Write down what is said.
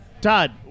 Todd